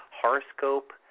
horoscope